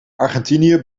argentinië